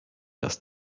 das